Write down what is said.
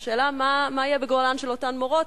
השאלה, מה יהיה גורלן של אותן מורות?